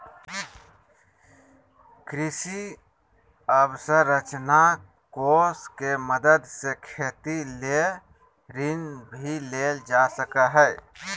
कृषि अवसरंचना कोष के मदद से खेती ले ऋण भी लेल जा सकय हय